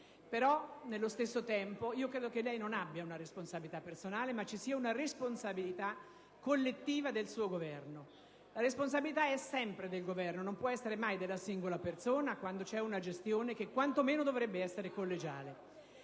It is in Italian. Però, mentre non credo che lei abbia una responsabilità personale, ritengo piuttosto che vi sia una responsabilità collettiva del suo Governo. La responsabilità è sempre del Governo e non può essere mai della singola persona quando esiste una gestione che, quantomeno, dovrebbe essere collegiale.